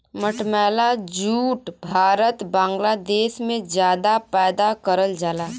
मटमैला जूट भारत बांग्लादेश में जादा पैदा करल जाला